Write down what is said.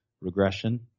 regression